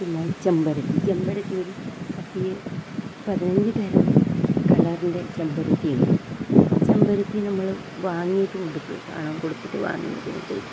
പിന്നെ ചെമ്പരത്തി ചെമ്പരത്തീൽ പത്ത് പതിനഞ്ച് തരം കളറിൻ്റെ ചെമ്പരത്തിയുണ്ട് ചെമ്പരത്തി നമ്മൾ വാങ്ങീതുമുണ്ട് പണം കൊടുത്തിട്ട് വാങ്ങിയതുമുണ്ട്